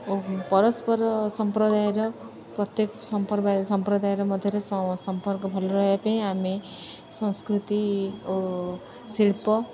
ଓ ପରସ୍ପର ସମ୍ପ୍ରଦାୟର ପ୍ରତ୍ୟେକ ସମ୍ପ୍ର ସମ୍ପ୍ରଦାୟର ମଧ୍ୟରେ ସମ୍ପର୍କ ଭଲ ରହିବା ପାଇଁ ଆମେ ସଂସ୍କୃତି ଓ ଶିଳ୍ପ